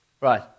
Right